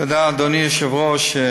תודה, אדוני היושב-ראש.